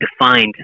defined